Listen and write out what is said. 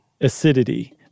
acidity